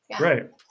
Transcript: right